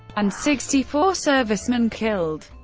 and sixty four servicemen killed.